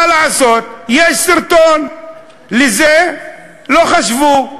מה לעשות, יש סרטון, על זה לא חשבו,